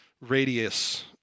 radius